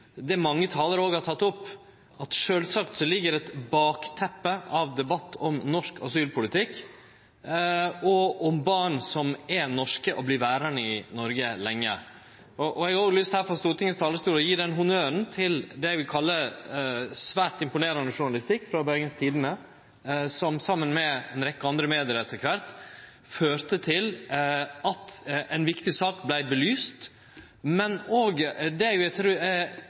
det mange talarar òg har teke opp, at sjølvsagt ligg det eit bakteppe av debatt om norsk asylpolitikk og om barn som er norske og vert verande lenge i Noreg. Eg har òg her frå Stortingets talarstol lyst til å gi honnør til det eg vil kalle svært imponerande journalistikk frå Bergens Tidende, som saman med ei rekkje andre medium etter kvart førte til at ei viktig sak vart belyst, og også det